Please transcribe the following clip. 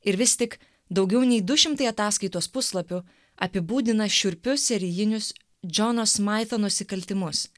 ir vis tik daugiau nei du šimtai ataskaitos puslapių apibūdina šiurpius serijinius džono smaito nusikaltimus